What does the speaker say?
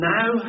Now